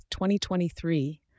2023